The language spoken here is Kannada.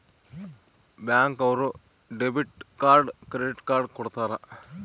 ಬ್ಯಾಂಕ್ ಅವ್ರು ಡೆಬಿಟ್ ಕಾರ್ಡ್ ಕ್ರೆಡಿಟ್ ಕಾರ್ಡ್ ಕೊಡ್ತಾರ